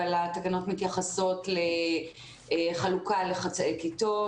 אבל התקנות מתייחסות לחלוקה לחצאי כיתות